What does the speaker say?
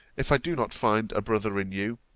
if i do not find a brother in you,